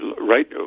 right